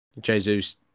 jesus